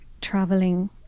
traveling